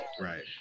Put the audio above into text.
right